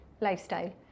lifestyle